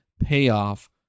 payoff